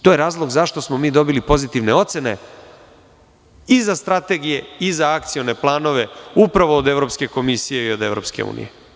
To je razlog zašto smo mi dobili pozitivne ocene i za strategije i za akcione planove upravo od Evropske komisije i EU.